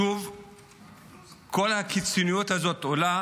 שוב כל הקיצוניות הזאת עולה